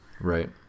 Right